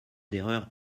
d’erreur